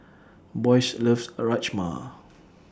Boyce loves Rajma